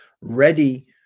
ready